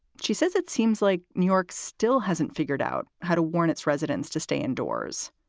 she says it seems like new york still hasn't figured out how to warn its residents to stay indoors.